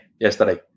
yesterday